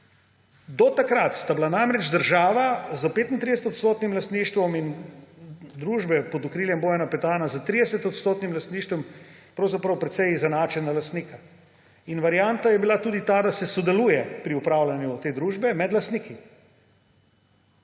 Do takrat sta bila namreč država s 35-odstotnim lastništvom družbe pod okriljem Bojana Petana s 30-odstotnim lastništvom pravzaprav precej izenačena lastnika. Varianta je bila tudi ta, da se sodeluje pri upravljanju te družbe med lastniki.